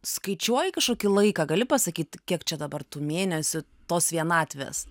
skaičiuoji kažkokį laiką gali pasakyt kiek čia dabar tų mėnesių tos vienatvės